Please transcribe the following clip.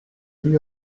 lui